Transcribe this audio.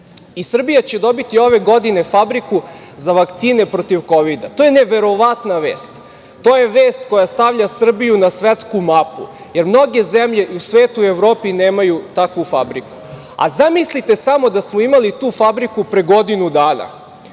Srbija će dobiti ove godine fabriku za vakcine protiv kovida. To je neverovatna vest. To je vest koja stavlja Srbiju na svetsku mapu, jer mnoge zemlje u svetu i u Evropi nemaju takvu fabriku. Zamislite samo da smo imali tu fabriku pre godinu dana